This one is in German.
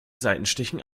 seitenstichen